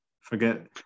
Forget